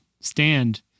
stand